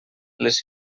les